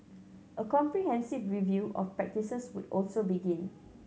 a comprehensive review of practices would also begin